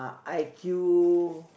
I Q